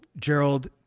gerald